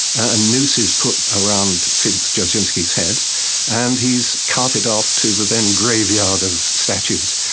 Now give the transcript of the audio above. a noose is put around felix dzerzhinsky's head and he's carted off to the then graveyard of statues,